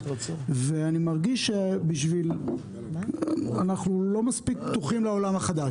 ואני מרגיש שאנחנו לא מספיק פתוחים לעולם החדש,